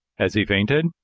has he fainted?